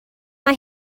mae